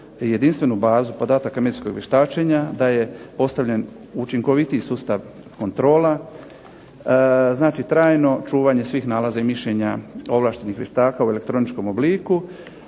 jedinstvenu bazu podataka medicinskog vještačenja, da je postavljen učinkovitiji sustav kontrola, znači trajno čuvanje svih nalaza i mišljenja ovlaštenih vještaka u elektroničkom obliku,